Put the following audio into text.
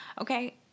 Okay